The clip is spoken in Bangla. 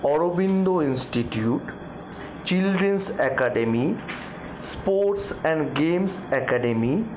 Aurobindo institute children's academy sports and games academy